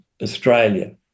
Australia